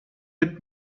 het